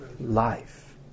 life